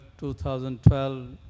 2012